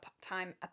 time